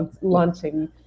launching